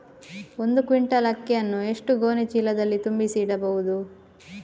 ಒಂದು ಕ್ವಿಂಟಾಲ್ ಅಕ್ಕಿಯನ್ನು ಎಷ್ಟು ಗೋಣಿಚೀಲದಲ್ಲಿ ತುಂಬಿಸಿ ಇಡಬಹುದು?